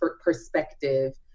perspective